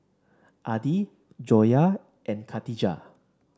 Adi Joyah and Katijah